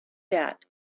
that